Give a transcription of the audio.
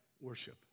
worship